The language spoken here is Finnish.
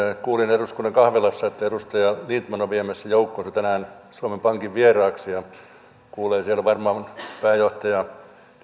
kuulin eduskunnan kahvilassa että edustaja lindtman on viemässä joukkonsa tänään suomen pankin vieraaksi ja kuulee siellä varmaan pääjohtaja